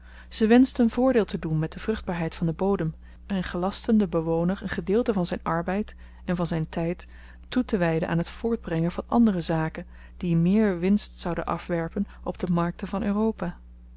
ze wenschten voordeel te doen met de vruchtbaarheid van den bodem en gelastten den bewoner een gedeelte van zyn arbeid en van zyn tyd toetewyden aan het voortbrengen van andere zaken die meer winst zouden afwerpen op de markten van europa